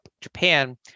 Japan